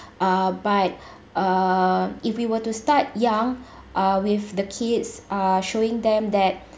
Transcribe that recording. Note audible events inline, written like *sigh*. *breath* uh but uh if we were to start young uh with the kids uh showing them that